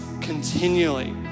continually